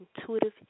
Intuitive